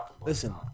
Listen